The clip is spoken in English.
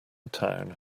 town